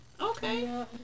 okay